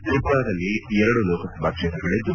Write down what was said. ತ್ರಿಪುರಾದಲ್ಲಿ ಎರಡು ಲೋಕಸಭಾ ಕ್ಷೇತ್ರಗಳದ್ದು